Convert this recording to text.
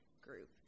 group